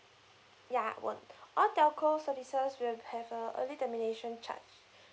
ya won't all telco services will have a early termination charge